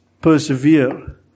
persevere